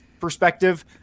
perspective